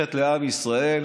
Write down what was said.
שייכת לעם ישראל,